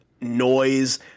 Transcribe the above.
noise